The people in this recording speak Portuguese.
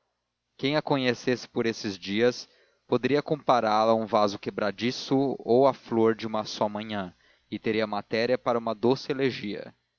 quem a conhecesse por esses dias poderia compará la a um vaso quebradiço ou à flor de uma só manhã e teria matéria para uma doce elegia